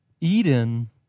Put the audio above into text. Eden